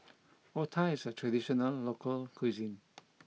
Otah is a traditional local cuisine